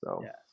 Yes